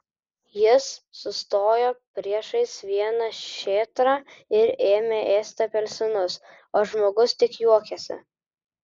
jis sustojo priešais vieną šėtrą ir ėmė ėsti apelsinus o žmogus tik juokėsi